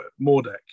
Mordek